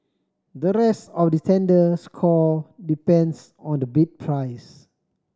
the rest of the tender score depends on the bid price